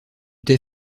t’es